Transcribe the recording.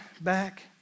back